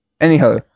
Anyhow